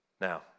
Now